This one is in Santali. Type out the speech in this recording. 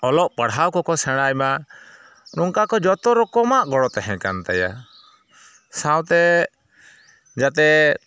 ᱚᱞᱚᱜ ᱯᱟᱲᱦᱟᱣ ᱠᱚᱠᱚ ᱥᱮᱬᱟᱭᱢᱟ ᱱᱚᱝᱠᱟ ᱠᱚ ᱡᱚᱛᱚ ᱨᱚᱠᱚᱢᱟᱜ ᱜᱚᱲᱚ ᱛᱟᱦᱮᱸ ᱠᱟᱱ ᱛᱟᱭᱟ ᱥᱟᱶᱛᱮ ᱡᱟᱛᱮ